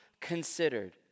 considered